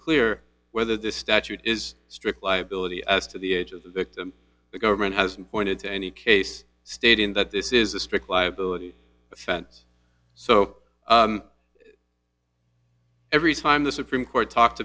clear whether the statute is strict liability as to the age of the victim the government hasn't pointed to any case stayed in that this is a strict liability offense so every time the supreme court talked